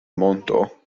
monto